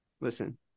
listen